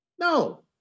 No